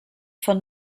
von